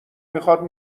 میخاد